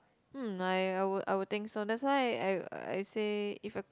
um my I would I would think so that's why I I say if I